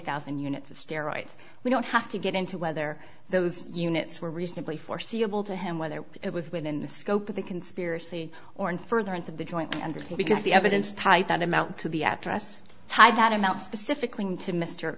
thousand units of steroids we don't have to get into whether those units were reasonably foreseeable to him whether it was within the scope of the conspiracy or in furtherance of the joint and or to because the evidence type that amount to the address tied that amount specifically to mr